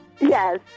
Yes